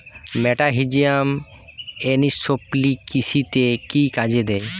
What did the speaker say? মেটাহিজিয়াম এনিসোপ্লি কৃষিতে কি কাজে দেয়?